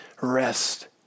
rest